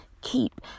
keep